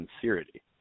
sincerity